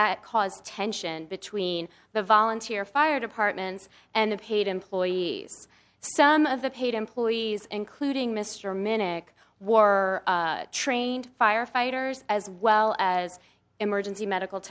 that caused tension between the volunteer fire departments and the paid employees some of the paid employees including mr minix were trained firefighters as well as emergency medical